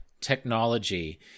technology